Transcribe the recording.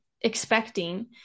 expecting